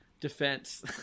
defense